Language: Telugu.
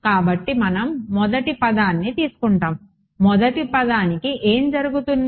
కాబట్టి మనం మొదటి పదాన్ని తీసుకుంటాము మొదటి పదానికి ఏమి జరుగుతుంది